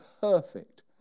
perfect